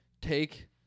take